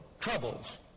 troubles